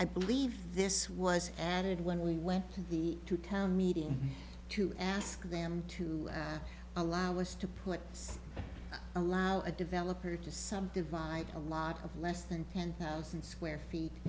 i believe this was added when we went to the two town meeting to ask them to allow us to put allow a developer to some divide a lot of less than ten thousand square feet